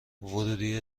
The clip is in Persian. ورودیه